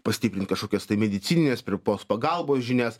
pastiprint kažkokias tai medicininės pirmos pagalbos žinias